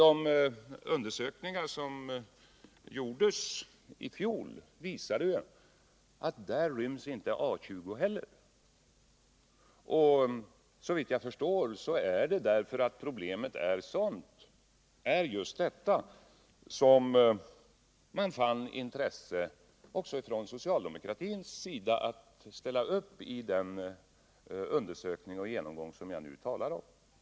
De undersökningar som gjordes i fjol visade alltså att inte heller A 20 ryms inom ramarna. Såvitt jag förstod var det just av detta skäl som också socialdemokraterna var intresserade av att ställa upp i den genomgång som jag nu talar om.